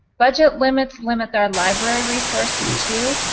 budget limits limits our library resources, too.